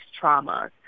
traumas